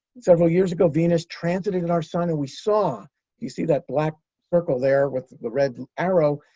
several years ago, venus transited our sun, and we saw you see that black circle there with the red arrow.